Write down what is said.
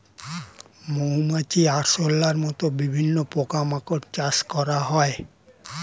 মৌমাছি, আরশোলার মত বিভিন্ন পোকা মাকড় চাষ করা হয়